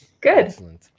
good